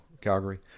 Calgary